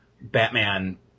Batman